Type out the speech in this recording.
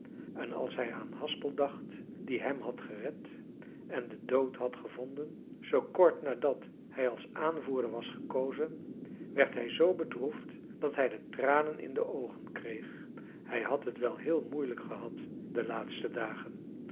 en als hij aan haspel dacht die hem had gered en den dood had gevonden zoo kort nadat hij als aanvoerder was gekozen werd hij z bedroefd dat hij de tranen in de oogen kreeg hij had het wel heel moeilijk gehad de laatste dagen